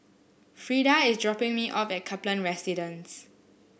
Frida is dropping me off at Kaplan Residence